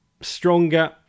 stronger